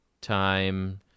time